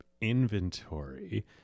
inventory